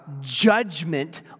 judgment